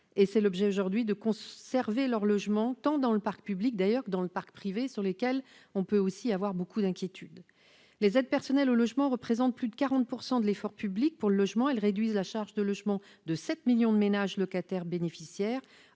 c'est l'objet du texte que nous examinons aujourd'hui -tant dans le parc public que dans le parc privé pour lequel nous avons aussi beaucoup d'inquiétudes. Les aides personnelles au logement représentent plus de 40 % de l'effort public pour le logement. Elles réduisent la charge de logement de 7 millions de ménages locataires bénéficiaires.